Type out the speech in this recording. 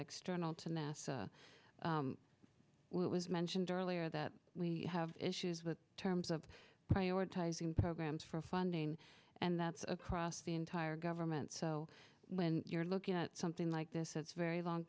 external to nasa it was mentioned earlier that we have issues with terms of prioritizing programs for funding and that's across the entire government so when you're looking at something like this it's very long